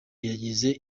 yagiye